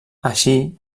així